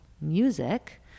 music